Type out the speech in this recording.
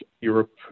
Europe